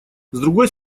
другой